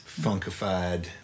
funkified